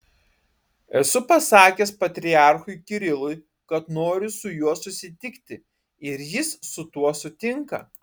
esu pasakęs patriarchui kirilui kad noriu su juo susitikti ir jis su tuo sutinka